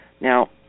Now